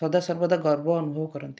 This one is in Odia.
ସଦା ସର୍ବଦା ଗର୍ବ ଅନୁଭବ କରନ୍ତି